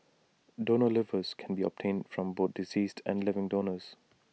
donor livers can be obtained from both deceased and living donors